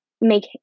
make